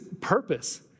purpose